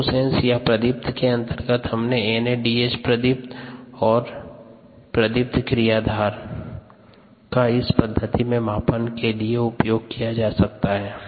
fluorescence या प्रदीप्त के अंतर्गत हमने एनएडीएच प्रदीप्त और प्रदीप्त क्रियाधार का इस पद्धति में मापन के लिए उपयोग किया जा सकता हैं